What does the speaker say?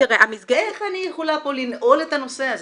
איך אני יכולה פה לנעול את הנושא הזה?